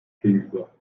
gegenüber